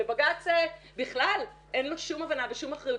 ובג"ץ בכלל אין לו שום הבנה, ושם אחריות.